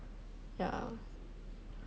ya